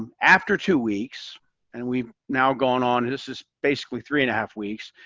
um after two weeks and we've now gone on this is basically three and a half weeks.